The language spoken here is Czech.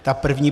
Ta první.